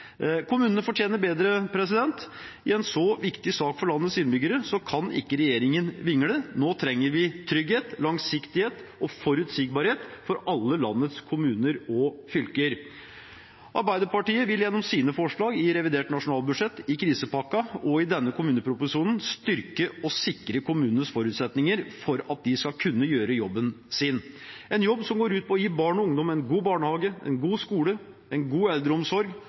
Kommunene fortjener bedre. I en så viktig sak for landets innbyggere kan ikke regjeringen vingle. Nå trenger vi trygghet, langsiktighet og forutsigbarhet for alle landets kommuner og fylker. Arbeiderpartiet vil gjennom sine forslag i forbindelse med revidert nasjonalbudsjett, krisepakken og denne kommuneproposisjonen styrke og sikre kommunenes forutsetninger for at de skal kunne gjøre jobben sin, en jobb som går ut på å gi barn og ungdom en god barnehage og en god skole, ha god eldreomsorg